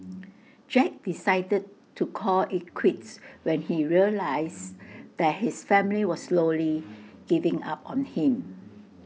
Jack decided to call IT quits when he realised that his family was slowly giving up on him